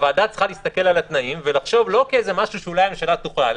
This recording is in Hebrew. הוועדה צריכה להסתכל על התנאים ולחשוב לא כמשהו שאולי הממשלה תוכל,